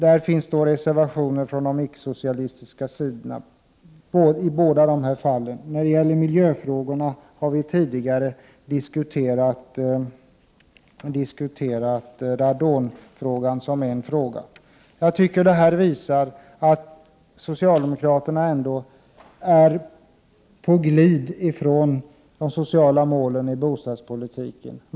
Det föreligger reservationer från den icke-socialistiska sidan i båda dessa fall. När det gäller miljöfrågorna har vi tidigare diskuterat radonproblemet. Jag tycker att detta visar att socialdemokraterna ändå är på glid från de sociala målen i bostadspolitiken.